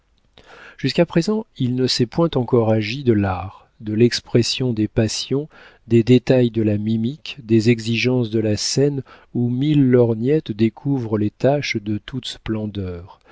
jusqu'à présent il ne s'est point encore agi de l'art de l'expression des passions des détails de la mimique des exigences de la scène où mille lorgnettes découvrent les taches de toute splendeur